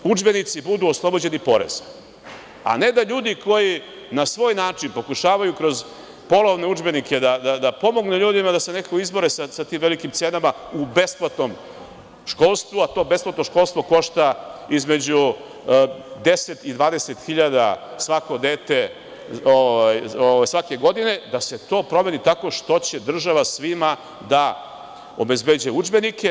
I da udžbenici budu oslobođeni poreza, a ne da ljudi koji na svoj način pokušavaju kroz polovne udžbenike da pomognu ljudima da se nekako izbore sa tim velikim cenama u besplatnom školstvu, a to besplatno školstvo košta između 10 i 20 hiljada svako dete svake godine, da se to promeni tako što će država svima da obezbeđuje udžbenike.